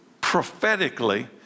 prophetically